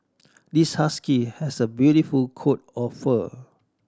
this husky has a beautiful coat of fur